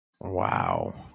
Wow